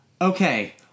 okay